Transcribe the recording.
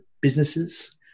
businesses